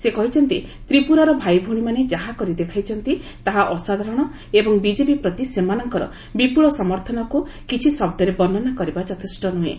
ସେ କହିଛନ୍ତି ତ୍ରିପୁରାର ଭାଇଭଉଣୀମାନେ ଯାହା କରି ଦେଖାଇଛନ୍ତି ତାହା ଅସାଧାରଣ ଏବଂ ବିଜେପି ପ୍ରତି ସେମାନଙ୍କର ବିପୁଳ ସମର୍ଥନକୁ କିଛି ଶବ୍ଦରେ ବର୍ଷନା କରିବା ଯଥେଷ୍ଟ ନୁହେଁ